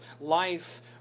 life